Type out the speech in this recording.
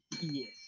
Yes